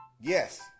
yes